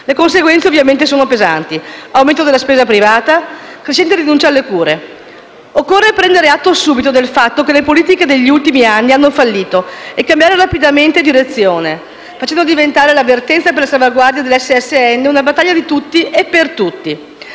le conseguenze sono pesanti: aumento della spesa privata e crescente rinuncia alle cure. Occorre prendere atto subito che le politiche degli ultimi anni hanno fallito e cambiare rapidamente direzione, facendo diventare la vertenza per la salvaguardia del *Servizio sanitario nazionale* (SSN)